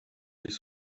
sich